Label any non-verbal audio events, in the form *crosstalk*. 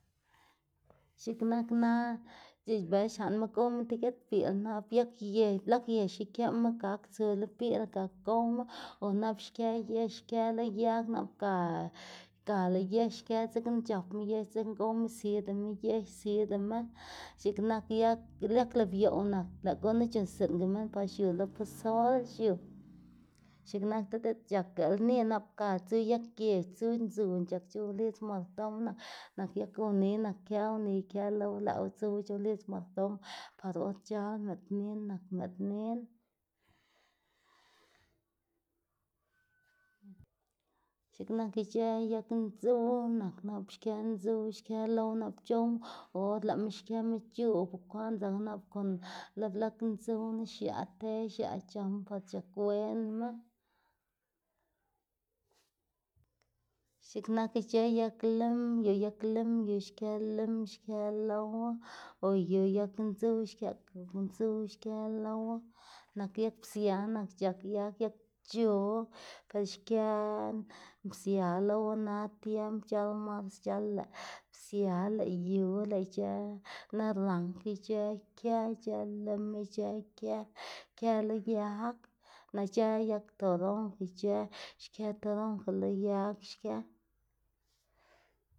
*noise* x̱iꞌk nak na c̲h̲iꞌ bela xlaꞌnma gowma ti giat biꞌl nap yag yë, blag yex ikeꞌma gak tsu lo biꞌl gak gowma o nap xkë yex xkë lo yag nap ga ga lëꞌ yex kë dzekna c̲h̲apma yex dzekna gowma zidama yex zidama. X̱iꞌk nak yag lebioꞌw nak lëꞌ gunu c̲h̲uꞌnnstsiꞌngama ba xiu lo pozol xiu. *noise* x̱iꞌk nak ti diꞌt c̲h̲aka lni nap ga yag gec̲h̲ dzu, ndzuw c̲h̲ak c̲h̲ow lidz mardom nap nak yag uniy nak kë uniy kë lo lëꞌwu dzuwa c̲h̲ow lidz mardon par or c̲h̲al mëꞌd nin nak mëꞌd nin. *noise* x̱ik nak ic̲h̲ë yag ndzuw nak nap xkë ndzuw xkë lowa nap c̲h̲owma o or lëꞌma xkëma chu o bukwaꞌn dzakma nap kon lo blag ndzuwnu xiaꞌ te xiaꞌ c̲h̲ama par c̲h̲ak wenma. X̱iꞌk nak ic̲h̲ë yag lim yu yag lim yu xkë lim xkë lowa o yu yag ndzuw xkëꞌka ndzuw xkë lowa nak yag psia nak c̲h̲ak yag yagc̲h̲o pe xkë psia lowa na tiemb c̲h̲al mars c̲h̲al lëꞌ psia lëꞌ yu lëꞌ ic̲h̲ë naranj ic̲h̲ë kë, ic̲h̲ë lim ic̲h̲ë ikë kë lo yag, nak ic̲h̲ë yag toronja ic̲h̲ë xkë toronja lo yag xkë. *noise*